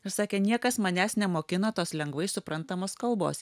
ir sakė niekas manęs nemokino tos lengvai suprantamos kalbos